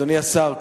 אדוני השר,